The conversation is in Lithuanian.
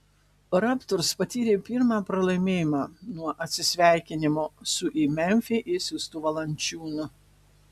raptors patyrė pirmą pralaimėjimą nuo atsisveikinimo su į memfį išsiųstu valančiūnu